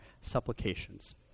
supplications